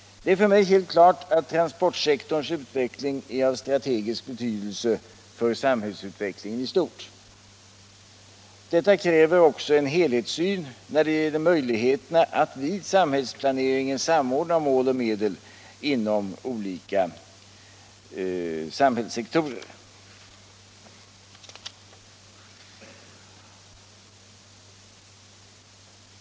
Det är för mig helt klart att transportsektorns utveckling är av strategisk betydelse för samhällsutvecklingen i stort. Detta kräver också en helhetssyn när det gäller möjligheterna att i samhällsplaneringen samordna mål och medel inom olika samhällssektorer.